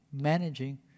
Managing